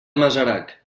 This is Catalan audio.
masarac